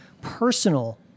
personal